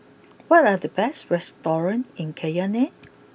what are the best restaurants in Cayenne